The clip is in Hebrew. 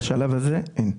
בשלב הזה אין.